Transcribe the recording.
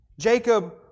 Jacob